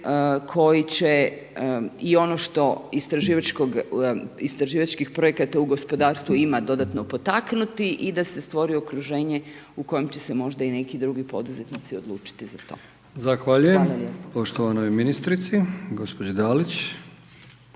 koji će i ono što istraživačkog projekata u gospodarstvu ima dodatno potaknuti i da se stvori okruženje u kojem će se možda i neki drugi poduzetnici odlučiti za to. Hvala lijepo. **Brkić, Milijan